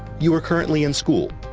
you are currently in school,